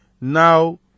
now